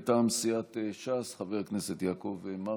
מטעם סיעת ש"ס, חבר הכנסת יעקב מרגי,